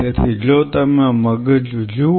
તેથી જો તમે મગજ જુઓ